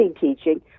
teaching